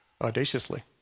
audaciously